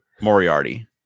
Moriarty